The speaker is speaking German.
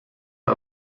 der